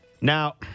Now